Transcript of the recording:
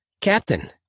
Captain